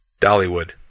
Dollywood